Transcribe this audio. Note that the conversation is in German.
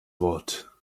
wort